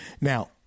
Now